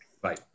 Bye